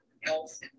health